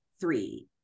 three